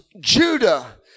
Judah